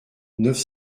neuf